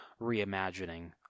reimagining